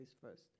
first